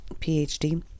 phd